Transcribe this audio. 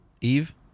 Eve